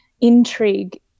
intrigue